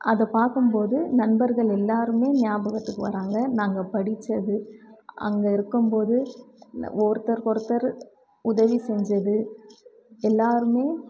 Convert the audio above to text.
அதை பார்க்கும் போது நண்பர்கள் எல்லோருமே ஞாபகத்துக்கு வராங்க நாங்கள் படித்தது அங்கே இருக்கும் போது ஒருத்தருக்கு ஒருத்தர் உதவி செஞ்சது எல்லோருமே